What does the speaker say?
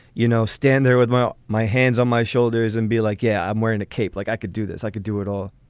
you know, stand there with my my hands on my shoulders and be like, yeah, i'm wearing a cape. like, i could do this, i could do it all.